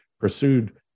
pursued